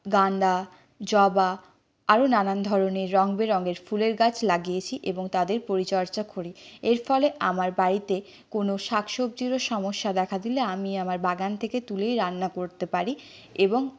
গাঁদা জবা আরো নানান ধরনের রং বেরঙের ফুলের গাছ লাগিয়েছি এবং তাদের পরিচর্যা করি এর ফলে আমার বাড়িতে কোনো শাক সবজিরও সমস্যা দেখা দিলে আমি আমার বাগান থেকে তুলেই রান্না করতে পারি এবং